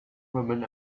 woman